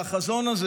והחזון הזה